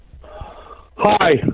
Hi